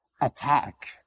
attack